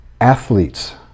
athletes